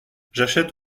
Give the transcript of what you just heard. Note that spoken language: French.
j’achète